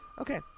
Okay